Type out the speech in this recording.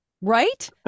right